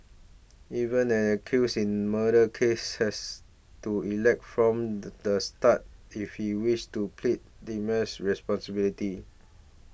even an accused in murder case has to elect from the start if he wishes to plead responsibility